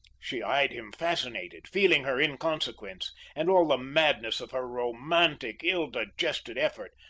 she eyed him fascinated, feeling her inconsequence and all the madness of her romantic, ill-digested effort,